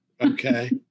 okay